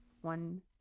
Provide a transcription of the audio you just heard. one